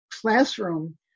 classroom